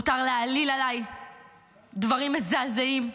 מותר להעליל עליי דברים מזעזעים.